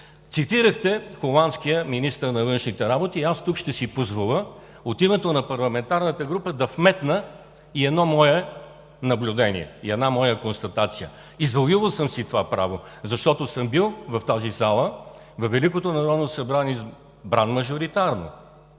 Цитирахте холандския министър на външните работи. Тук ще си позволя от името на парламентарната група да вметна и едно мое наблюдение, една моя констатация. Извоювал съм си това право, защото съм бил в тази зала във Великото Народно събрание, избран мажоритарно,